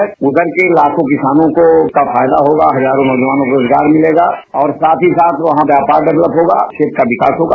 sugar mill लाखों किसानों को उसका उसका फायदा होगा हजारों नौजवानों को रोजगार मिलेगा और साथ ही साथ वहां व्यापार डेवलप होगा देश का विकास होगा